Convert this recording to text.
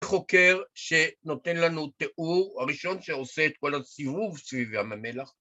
חוקר שנותן לנו תיאור הראשון שעושה את כל הסיבוב סביב ים המלח